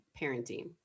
parenting